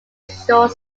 short